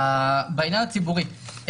בעניין הציבורי,